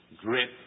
grip